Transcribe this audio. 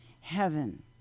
heaven